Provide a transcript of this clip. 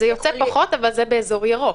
זה יוצא פחות, אבל זה באזור ירוק.